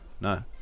No